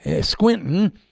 squinting